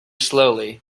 slowly